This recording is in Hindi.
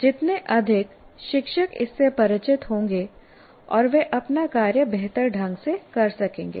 जितने अधिक शिक्षक इससे परिचित होंगे और वे अपना कार्य बेहतर ढंग से कर सकेंगे